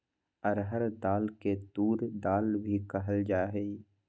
अरहर दाल के तूर दाल भी कहल जाहई